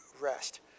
rest